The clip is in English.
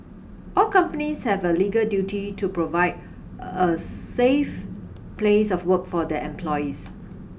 all companies have a legal duty to provide a safe place of work for their employees